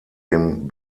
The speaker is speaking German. dem